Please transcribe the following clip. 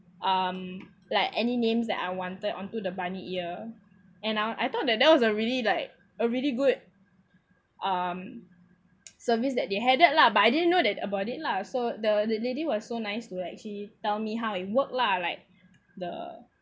um like any names that I wanted onto the bunny ear and I want I thought that that was a really like a really good um service that they had lah but I didn't know that about it lah] so the the lady was so nice like she tell me how it work lah like the